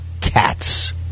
Cats